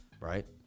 Right